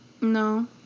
No